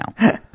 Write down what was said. now